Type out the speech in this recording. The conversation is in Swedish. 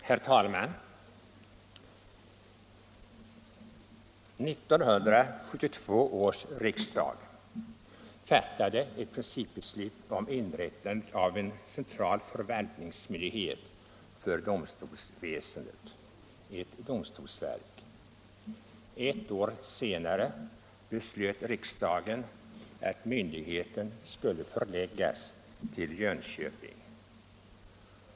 Herr talman! 1972 års riksdag fattade ett principbeslut om inrättande av en central förvaltningsmyndighet för domstolsväsendet, ett domstolsverk. Ett år senare beslöt riksdagen att myndigheten skulle förläggas till Jönköping.